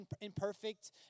imperfect